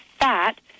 fat